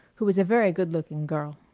who was a very good-looking girl.